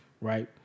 Right